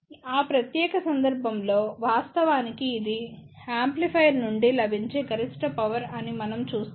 ఆ ప్రత్యేక సందర్భంలో వాస్తవానికి ఇది యాంప్లిఫైయర్ నుండి లభించే గరిష్ట పవర్ అని మనం చెప్తాము